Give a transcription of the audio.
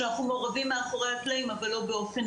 כשאנחנו מעורבים מאחורי הקלעים אבל לא באופן